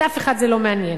את אף אחד זה לא מעניין.